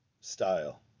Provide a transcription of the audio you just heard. style